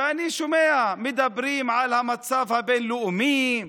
ואני שומע, מדברים על המצב הבין-לאומי,